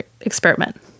experiment